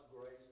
grace